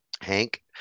Hank